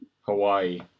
Hawaii